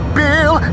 bill